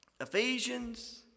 Ephesians